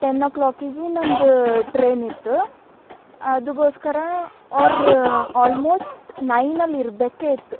ten o ಕ್ಲಾಕಿಗೆ ನಂದು train ಇತ್ತು ಅದುಗೋಸ್ಕರ ಅವ್ರು ಆಲ್ಮೋಶ್ಟ್ ನೈನಲ್ಲಿ ಇರ್ಬೇಕ್ಕೀತ್ತು